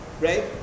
right